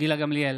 גילה גמליאל,